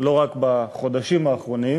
לא רק בחודשים האחרונים